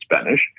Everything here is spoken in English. Spanish